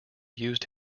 used